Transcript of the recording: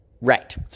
Right